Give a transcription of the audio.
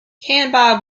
canby